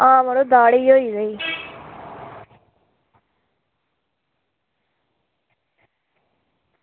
आं मड़ो दाढ़ै ई होई दा ई